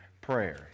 prayer